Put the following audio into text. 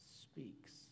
speaks